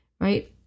right